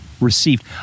received